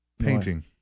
Painting